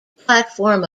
platform